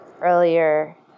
earlier